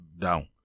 down